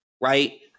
right